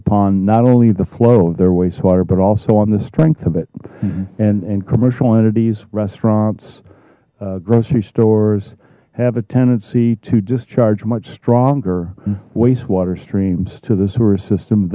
upon not only the flow of their wastewater but also on the strength of it and and commercial entities restaurants grocery stores have a tendency to discharge much stronger wastewater streams to the sewer system